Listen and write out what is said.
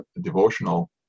devotional